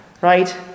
Right